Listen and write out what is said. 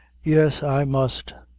yes, i must.